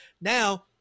now